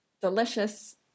delicious